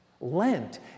Lent